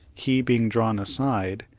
he being drawn aside,